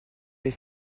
mes